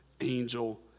angel